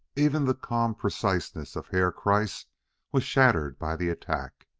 even the calm preciseness of herr kreiss was shattered by the attack.